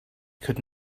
could